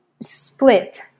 split